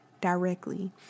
directly